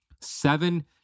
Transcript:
Seven